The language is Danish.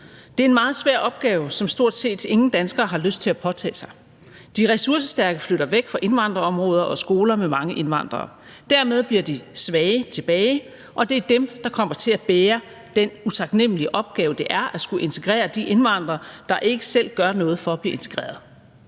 Det er en meget svær opgave, som stort set ingen danskere har lyst til at påtage sig. De ressourcestærke flytter væk fra indvandrerområder og skoler med mange indvandrere. Dermed bliver de svage tilbage, og det er dem, der kommer til at bære den utaknemlige opgave, det er at skulle integrere de indvandrere, der ikke selv gør noget for at blive integreret.